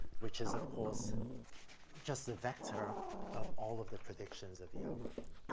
which is of course just the vector of of all of the predictions of the algorithm.